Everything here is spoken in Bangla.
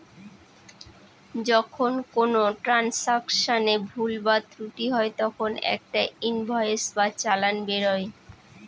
যখন কোনো ট্রান্সাকশনে ভুল বা ত্রুটি হয় তখন একটা ইনভয়েস বা চালান বেরোয়